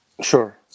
Sure